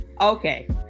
okay